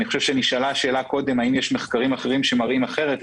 קודם נשאלה שאלה האם יש מחקרים אחרים שמראים אחרת.